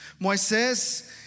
Moisés